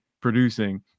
producing